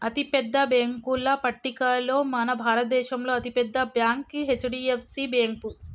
అతిపెద్ద బ్యేంకుల పట్టికలో మన భారతదేశంలో అతి పెద్ద బ్యాంక్ హెచ్.డి.ఎఫ్.సి బ్యేంకు